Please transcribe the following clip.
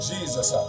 Jesus